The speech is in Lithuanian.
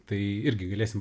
tai irgi galėsim